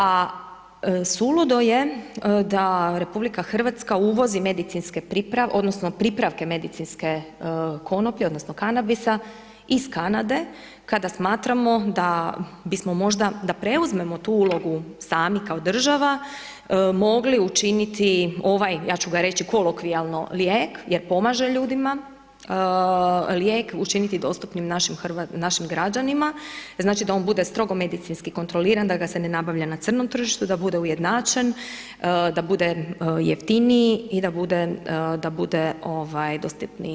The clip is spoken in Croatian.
A suludo je da RH uvozi medicinske, odnosno, pripravke medicinske konoplje, odnosno, kanabisa iz Kanade, kada smatramo da bismo možda, da preuzmemo tu ulogu sami, kao država, mogli učiniti ovaj, ja ću ga reći kolokvijalno lijek, jer pomaže ljudima, lijek učiniti dostupnim našim građanima, znači da on bude skoro medicinski kontroliran, da ga se ne nabavlja na crnom tržištu da bude ujednačen, da bude jeftiniji i da bude dostupniji.